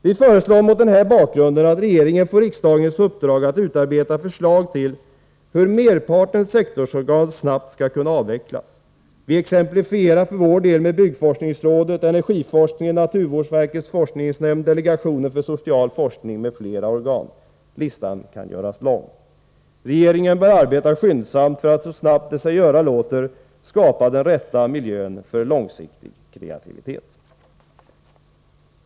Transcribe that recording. Vi föreslår mot denna bakgrund att regeringen får riksdagens uppdrag att utarbeta förslag till hur merparten sektorsorgan snabbt skall kunna avvecklas. Vi exemplifierar för vår del med byggforskningsrådet, energiforskningen, naturvårdsverkets forskningsnämnd, delegationen för social forskning m.fl. organ. Listan kan göras lång. Regeringen bör arbeta skyndsamt för att så snabbt det sig göra låter skapa den rätta miljön för långsiktig kreativitet.